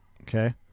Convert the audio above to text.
Okay